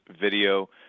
video